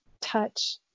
touch